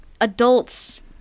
adults